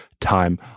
time